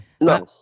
No